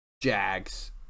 Jags